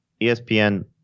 ESPN